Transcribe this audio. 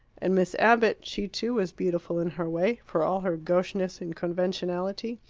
and miss abbott she, too, was beautiful in her way, for all her gaucheness and conventionality.